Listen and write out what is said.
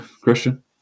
Christian